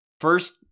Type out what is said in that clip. first